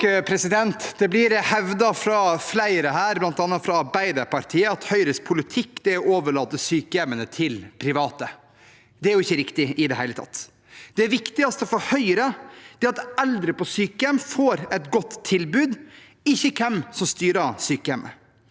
Det blir hevdet fra flere her, bl.a. fra Arbeiderpartiet, at Høyres politikk er å overlate sykehjemmene til private. Det er ikke riktig i det hele tatt. Det viktigste for Høyre er at eldre på sykehjem får et godt tilbud, ikke hvem som styrer sykehjemmet.